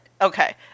Okay